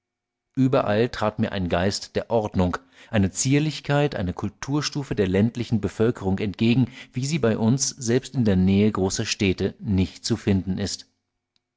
überall trat mir ein geist der ordnung eine zierlichkeit eine kulturstufe der ländlichen bevölkerung entgegen wie sie bei uns selbst in der nähe großer städte nicht zu finden ist